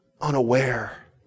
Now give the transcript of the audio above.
unaware